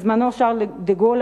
בזמנו אמר שארל דה-גול,